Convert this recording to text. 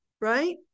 right